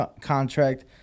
contract